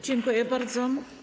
Dziękuję bardzo.